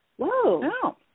whoa